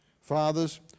Fathers